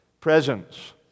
presence